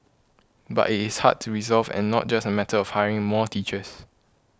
but it is hard to resolve and not just a matter of hiring more teachers